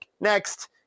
next